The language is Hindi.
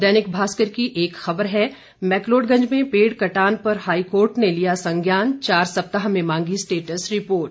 दैनिक भास्कर की एक खबर है मैक्लोडगंज में पेड़ कटान पर हाईकोर्ट ने लिया संज्ञान चार सप्ताह में मांगी स्टेटस रिपोर्ट